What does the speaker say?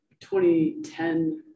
2010